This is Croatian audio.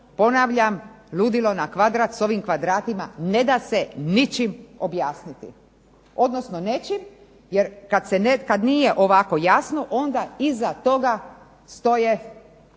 ponavljam ludilo na kvadrat s ovim kvadratima neda se ničim objasniti, odnosno nečim jer kad nije ovako jasno onda iza toga stoje